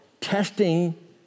testing